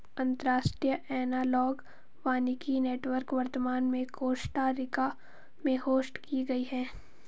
अंतर्राष्ट्रीय एनालॉग वानिकी नेटवर्क वर्तमान में कोस्टा रिका में होस्ट की गयी है